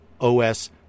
OS